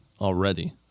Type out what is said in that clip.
already